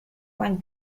one